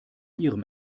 ihrem